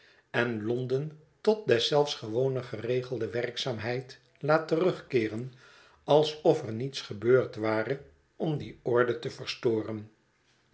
en londen totdeszelfs gewone geregelde werkzaamheid laat terugkeeren alsof er niets gebeurd ware om die orde te verstoren